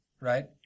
right